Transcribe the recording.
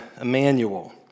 Emmanuel